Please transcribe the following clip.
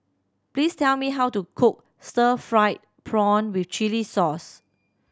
please tell me how to cook stir fried prawn with chili sauce